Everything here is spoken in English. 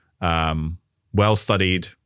well-studied